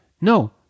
No